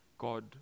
God